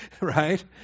Right